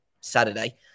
Saturday